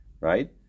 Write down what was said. Right